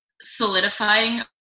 solidifying